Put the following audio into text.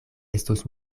estos